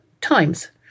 times